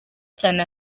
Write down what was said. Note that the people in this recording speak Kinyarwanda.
cyane